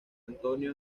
antonio